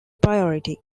priority